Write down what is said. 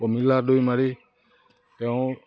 পমিলা দৈমাৰী তেওঁ